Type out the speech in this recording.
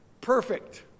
perfect